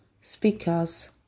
speakers